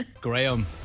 Graham